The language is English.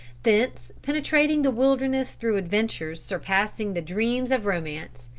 thence penetrating the wilderness through adventures surpassing the dreams of romance,